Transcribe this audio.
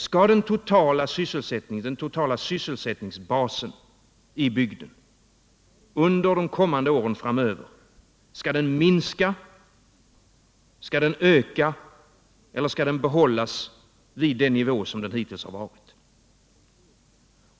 Skall den totala sysselsättningsbasen i bygden under åren framöver minska, skall den öka eller skall den behållas vid den nivå som den hittills haft?